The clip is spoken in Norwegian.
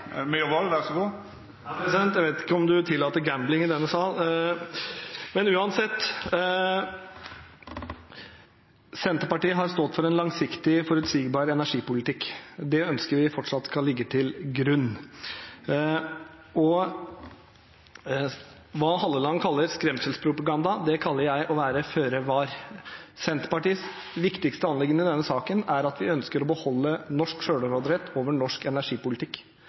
uansett: Senterpartiet har stått for en langsiktig, forutsigbar energipolitikk. Det ønsker vi fortsatt skal ligge til grunn. Det Halleland kaller skremselspropaganda, kaller jeg å være føre var. Senterpartiets viktigste anliggende i denne saken er at vi ønsker å beholde norsk sjølråderett over norsk energipolitikk.